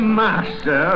master